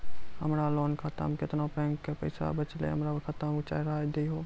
हमरा लोन खाता मे केतना बैंक के पैसा बचलै हमरा खाता मे चढ़ाय दिहो?